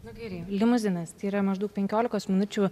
limuzinas tai yra maždaug penkiolikos minučių